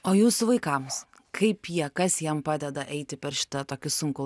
o jūsų vaikams kaip jie kas jiem padeda eiti per šitą tokį sunkų